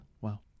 Wow